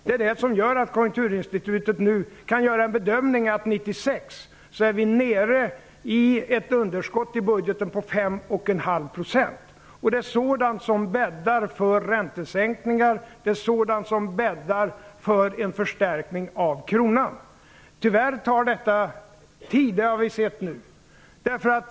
Det är det som gör att Konjunkturinstitutet nu kan göra bedömningen att vi 1996 är nere i ett underskott i budgeten på 5,5 %. Det är sådant som bäddar för räntesänkningar och en förstärkning av kronan. Tyvärr tar det tid. Det har vi sett nu.